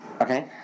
Okay